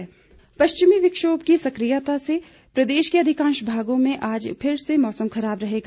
मौसम पश्चिमी विक्षोभ की सक्रियता से प्रदेश के अधिकांश भागों में आज से फिर मौसम खराब रहेगा